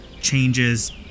changes